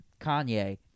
Kanye